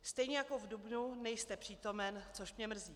Stejně jako v dubnu nejste přítomen, což mě mrzí.